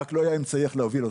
רק לא היה אמצעי איך להוביל אותו.